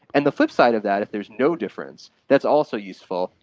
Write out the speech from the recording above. and the flipside of that, if there is no difference, that's also useful,